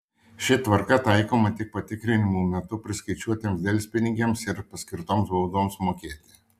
ši tvarka taikoma tik patikrinimų metu priskaičiuotiems delspinigiams ir paskirtoms baudoms mokėti